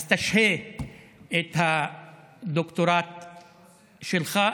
אז תשהה את הדוקטורט שלך.